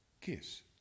kiss